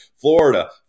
Florida